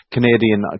Canadian